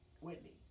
Whitney